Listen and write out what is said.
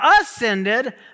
ascended